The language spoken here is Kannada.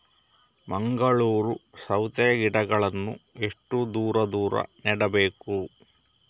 ಮಂಗಳೂರು ಸೌತೆ ಗಿಡಗಳನ್ನು ಎಷ್ಟು ದೂರ ದೂರ ನೆಡಬೇಕು?